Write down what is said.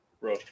Bro